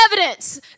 evidence